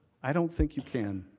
i don't think you can.